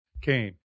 came